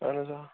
اَہَن حظ آ